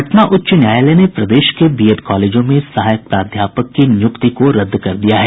पटना उच्च न्यायालय ने प्रदेश के बीएड कॉलेजों में सहायक प्राध्यापक की नियुक्ति को रद्द कर दिया है